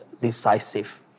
decisive